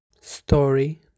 Story